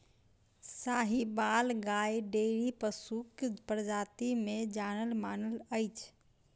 साहिबाल गाय डेयरी पशुक प्रजाति मे जानल मानल अछि